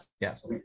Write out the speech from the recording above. Yes